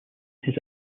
his